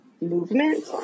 movement